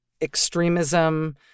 extremism